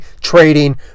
trading